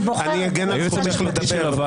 אני אגן על זכותך לדבר,